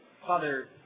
Father